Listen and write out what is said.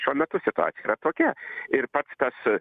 šiuo metu situacija yra tokia ir pats tas